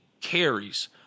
carries